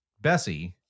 Bessie